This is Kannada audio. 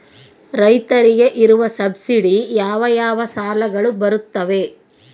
ರೈತರಿಗೆ ಇರುವ ಸಬ್ಸಿಡಿ ಯಾವ ಯಾವ ಸಾಲಗಳು ಬರುತ್ತವೆ?